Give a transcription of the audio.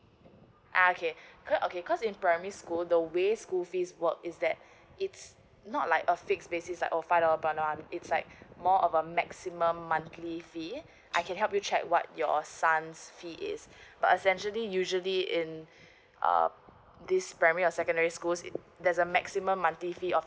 uh okay uh okay cause in primary school the way school fees work is that it's not like a fix basis like five dollar per hour it's like more of a maximum monthly fee I can help you check what your son's fee is but it's actually usually in err this primary or secondary schools if there's a maximum monthly fee of